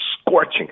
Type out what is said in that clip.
scorching